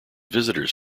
visitors